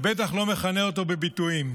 ובטח לא מכנה אותו בביטויים.